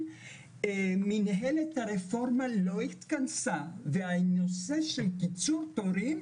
מינהלת הרפורמה לא התכנסה והנושא של קיצור תורים